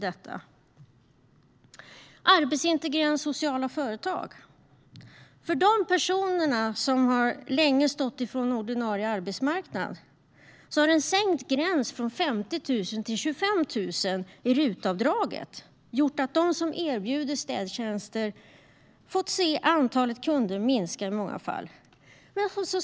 De arbetsintegrerande sociala företagen, som anställt personer som länge har stått utanför ordinarie arbetsmarknad, har fått en sänkt gräns från 50 000 till 25 000 kronor i RUT-avdraget. Det har gjort att de som erbjuder städtjänster fått se antalet kunder minska i många fall.